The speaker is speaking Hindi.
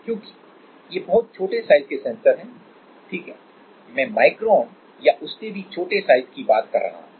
क्योंकि ये बहुत छोटे साइज के सेंसर हैं ठीक है मैं माइक्रोन या उससे भी छोटे साइज की बात कर रहा हूं